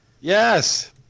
Yes